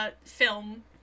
film